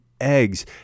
eggs